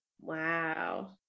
Wow